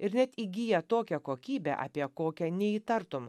ir net įgyja tokią kokybę apie kokią neįtartum